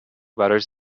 براش